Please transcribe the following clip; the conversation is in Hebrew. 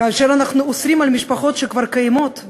כאשר אנחנו אוסרים על משפחות שכבר קיימות,